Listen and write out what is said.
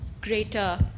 greater